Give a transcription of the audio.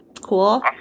Cool